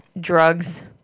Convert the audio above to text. Drugs